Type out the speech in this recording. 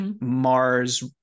Mars